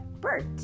bert